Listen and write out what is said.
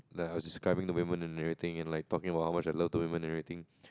like I was describing the women and everything and like talking about how much I love the women and everything